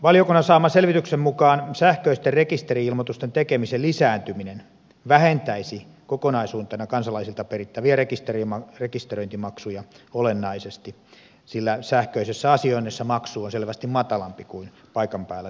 valiokunnan saaman selvityksen mukaan sähköisten rekisteri ilmoitusten tekemisen lisääntyminen vähentäisi kokonaisuutena kansalaisilta perittäviä rekisteröintimaksuja olennaisesti sillä sähköisessä asioinnissa maksu on selvästi matalampi kuin paikan päällä tehtävässä rekisteröinnissä